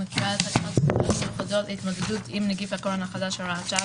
תקנות סמכויות מיוחדות להתמודדות עם נגיף הקורונה החדש (הוראת שעה)